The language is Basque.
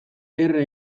erre